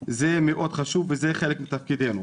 זה מאוד חשוב וזה חלק מתפקידנו.